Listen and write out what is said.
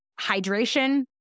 hydration